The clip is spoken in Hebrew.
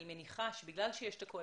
אני מניחה שבגלל שיש את הקואליציה,